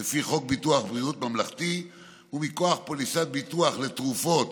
לפי חוק ביטוח בריאות ממלכתי ומכוח פוליסת ביטוח לתרופות